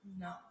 No